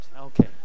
Okay